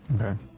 Okay